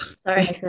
Sorry